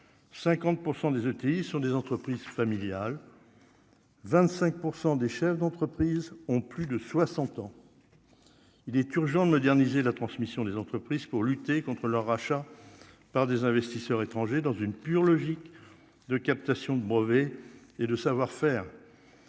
50 % des ETI sont des entreprises familiales 25 % des chefs d'entreprise ont plus de 60 ans, il est urgent de moderniser la transmission des entreprises pour lutter contre le rachat par des investisseurs étrangers dans une pure logique de captation de brevets et de savoir-faire,